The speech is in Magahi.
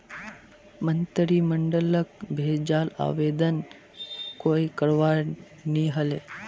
मंत्रिमंडलक भेजाल आवेदनत कोई करवाई नी हले